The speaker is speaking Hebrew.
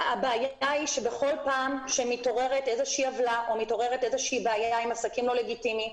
הבעיה היא שבכל פעם שמתעוררת איזו בעיה עם עסקים לא לגיטימיים,